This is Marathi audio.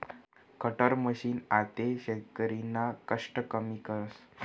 कटर मशीन आते शेतकरीना कष्ट कमी करस